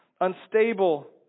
unstable